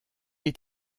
est